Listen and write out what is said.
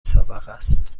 سابقست